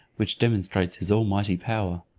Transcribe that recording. which demonstrates his almighty power.